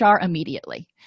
immediately